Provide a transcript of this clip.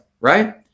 right